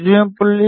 0